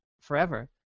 forever